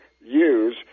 use